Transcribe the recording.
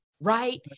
right